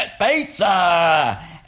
Pizza